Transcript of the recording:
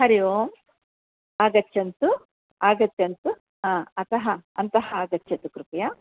हरिः ओम् आगच्छन्तु आगच्छन्तु हा अतः अन्तः आगच्छतु कृपया